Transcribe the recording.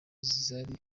zari